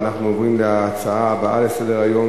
אנחנו עוברים להצעה הבא לסדר-היום,